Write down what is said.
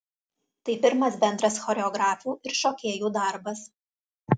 tai pirmas bendras choreografių ir šokėjų darbas